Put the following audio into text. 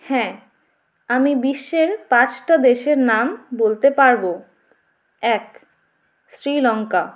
হ্যাঁ আমি বিশ্বের পাঁচটা দেশের নাম বলতে পারবো এক শ্রীলঙ্কা